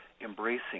embracing